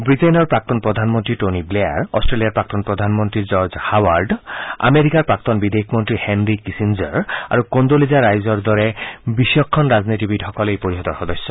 ৱিটেইনৰ প্ৰাক্তন প্ৰধানমন্ত্ৰী টনী ৱেয়াৰ অট্টেলিয়াৰ প্ৰাক্তন প্ৰধানমন্ত্ৰী জৰ্জ হাৱাৰ্ড আমেৰিকাৰ প্ৰাক্তন বিদেশ মন্ত্ৰী হেনৰী কিচিংজৰ আৰু কোন্দোলিজা ৰাইজৰ দৰে বিচক্ষণ ৰাজনীতিবিদসকল এই পৰিষদৰ সদস্য